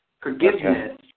Forgiveness